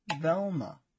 Velma